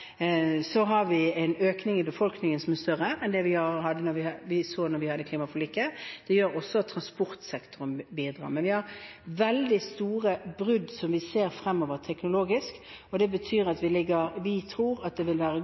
Så har vi hatt en økning i befolkningen som er større enn vi så da vi inngikk klimaforliket, og det gjør også at transportsektoren bidrar. Men vi har veldig store brudd som vi ser fremover, teknologisk. Det betyr at vi tror det vil være